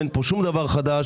אין פה שום דבר חדש,